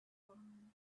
barn